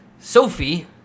Sophie